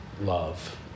love